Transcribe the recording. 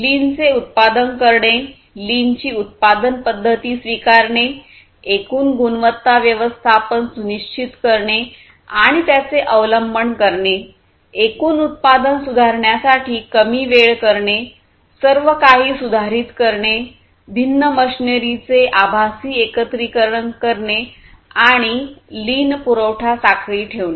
लीनचे उत्पादन करणे लीनची उत्पादन पद्धती स्वीकारणे एकूण गुणवत्ता व्यवस्थापन सुनिश्चित करणे आणि त्याचे अवलंबन करणे एकूण उत्पादन सुधारण्यासाठी वेळ कमी करणे सर्व काही सुधारित करणे भिन्न मशीनरीचे आभासी एकत्रीकरण करणे आणि लीन पुरवठा साखळी ठेवणे